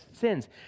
sins